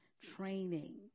training